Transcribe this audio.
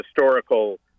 historical